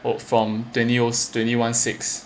from twenty one six